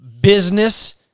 business